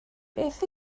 beth